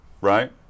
right